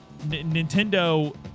Nintendo